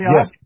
Yes